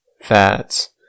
fats